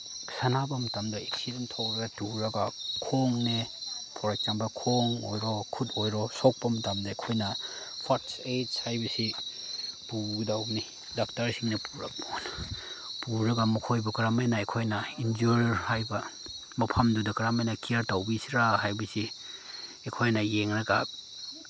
ꯁꯥꯟꯅꯕ ꯃꯇꯝꯗ ꯑꯦꯛꯁꯤꯗꯦꯟ ꯊꯣꯛꯂꯒ ꯇꯨꯔꯒ ꯈꯣꯡꯅꯦ ꯐꯣꯔ ꯑꯦꯛꯖꯥꯝꯄꯜ ꯈꯣꯡ ꯑꯣꯏꯔꯣ ꯈꯨꯠ ꯑꯣꯏꯔꯣ ꯁꯣꯛꯄ ꯃꯇꯝꯗ ꯑꯩꯈꯣꯏꯅ ꯐꯔꯁ ꯑꯦꯠꯁ ꯍꯥꯏꯕꯁꯤ ꯄꯨꯒꯗꯧꯕꯅꯤ ꯗꯥꯛꯇꯔꯁꯤꯡꯅ ꯄꯨꯔꯒ ꯃꯈꯣꯏꯕꯨ ꯀꯔꯝ ꯍꯥꯏꯅ ꯑꯩꯈꯣꯏ ꯏꯟꯖ꯭ꯌꯨꯔ ꯍꯥꯏꯕ ꯃꯐꯝꯗꯨꯗ ꯀꯔꯝ ꯍꯥꯏꯅ ꯀꯤꯌꯥꯔ ꯇꯧꯕꯤꯁꯤꯔꯥ ꯍꯥꯏꯕꯁꯤ ꯑꯩꯈꯣꯏꯅ ꯌꯦꯡꯂꯒ